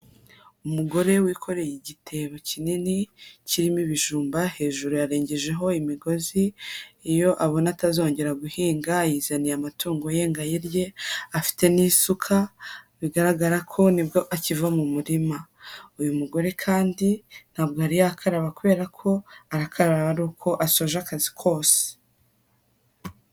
Umugore wikoreye igitebo kinini, kirimo ibijumba hejuru yarengejeho imigozi, iyo abona atazongera guhinga ayizaniye amatungo ye ngo ayirye, afite n'isuka bigaragara ko nibwo akiva mu murima, uyu mugore kandi ntabwo yari yakaraba kubera ko arakarara ari uko asoje akazi kose.